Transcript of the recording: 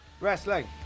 wrestling